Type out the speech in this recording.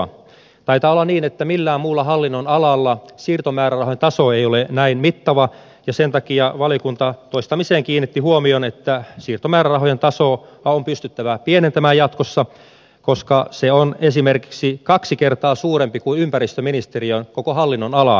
taitaa olla niin että millään muulla hallinnonalalla siirtomäärärahojen taso ei ole näin mittava ja sen takia valiokunta toistamiseen kiinnitti huomion siihen että siirtomäärärahojen tasoa on pystyttävä pienentämään jatkossa koska tämä siirtomäärärahojen taso on esimerkiksi kaksi kertaa suurempi kuin ympäristöministeriön koko hallinnonala